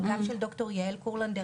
אבל גם של ד"ר יעל קורלנדר,